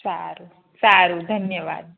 સારું સારું ધન્યવાદ